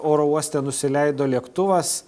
oro uoste nusileido lėktuvas